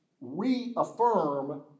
reaffirm